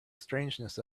strangeness